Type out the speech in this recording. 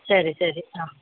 ಸರಿ ಸರಿ ಹಾಂ